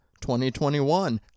2021